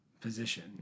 position